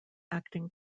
acting